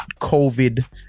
COVID